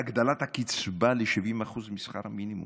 הגדלת הקצבה ל-70% משכר המינימום.